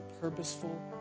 purposeful